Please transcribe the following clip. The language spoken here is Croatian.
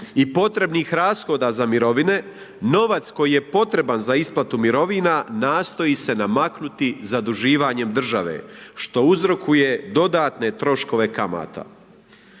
i potrebnih rashoda za mirovine, novac koji je potreban za isplatu mirovina, nastoji se namaknuti zaduživanjem države što uzrokuje dodatne troškove kamata.